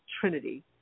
trinity